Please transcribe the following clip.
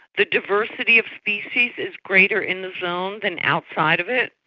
the diversity of species is greater in the zone than outside of it.